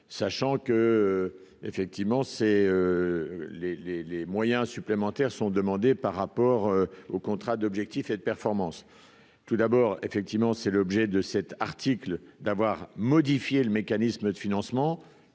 sachant que, effectivement, c'est les, les, les moyens supplémentaires sont demandées par rapport au contrat d'objectifs et de performance tout d'abord, effectivement, c'est l'objet de cet article d'avoir modifié le mécanisme de financement